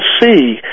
see